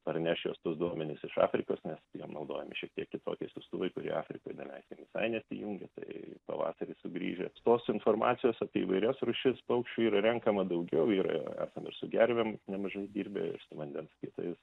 ar neš jos tuos duomenis iš afrikos nes jom naudojami šiek tiek kitokie siųstuvai kurie afrikoj daleiskim visai nesijungia tai pavasarį sugrįžę tos informacijos apie įvairias rūšis paukščių yra renkama daugiau yra esam ir su gervėm nemažai dirbę ir su vandens kitais